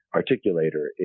articulator